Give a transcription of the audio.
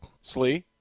Slee